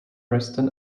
preston